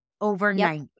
overnight